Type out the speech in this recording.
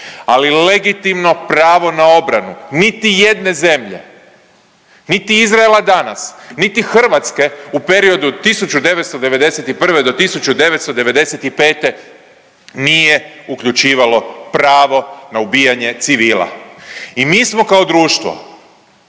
Ali legitimno pravo na obranu niti jedne zemlje, niti Izraela danas niti Hrvatske u periodu od 1991. do 1995. nije uključivalo pravo na ubijanje civila. I mi smo kao društvo